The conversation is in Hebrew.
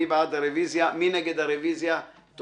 0 נגד, פה אחד הרביזיה לא אושרה.